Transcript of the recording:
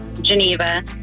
Geneva